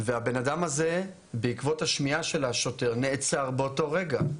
והבן אדם הזה בעקבות השמיעה של השוטר נעצר באותו רגע.